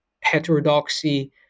heterodoxy